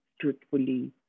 truthfully